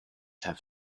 have